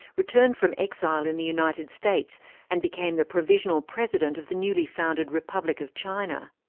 returned from exile in the united states and became the provisional president of the newly-founded republic of china.